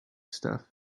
stuff